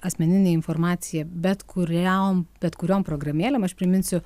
asmenine informacija bet kuriam bet kuriom programėlėm aš priminsiu